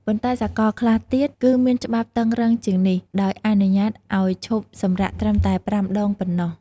ប៉ុន្តែ សកលខ្លះទៀតគឺមានច្បាប់តឹងរឹងជាងនេះ ដោយអនុញ្ញាតអោយឈប់សម្រាកត្រឹមតែ ៥ ដង ប៉ុណ្ណោះ។